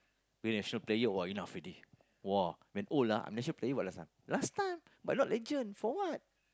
win national player !wah! enough already !wah! when old ah I'm national player what last time last time but not legend for what